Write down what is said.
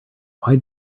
why